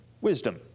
wisdom